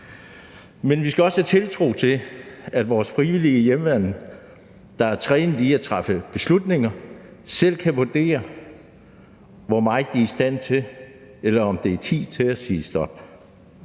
Men vi skal også have tiltro til, at vores frivillige i hjemmeværnet, der er trænet i at træffe beslutninger, selv kan vurdere, hvor meget de er i stand til, eller om det er tid til at sige stop.